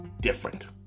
Different